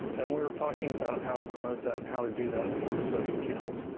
and we were talking about how to promote that and how to do that through social channels.